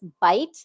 bite